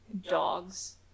dogs